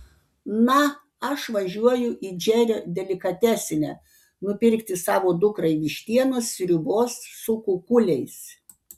na aš važiuoju į džerio delikatesinę nupirkti savo dukrai vištienos sriubos su kukuliais